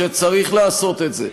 שצריך לעשות את זה.